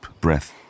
breath